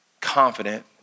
confident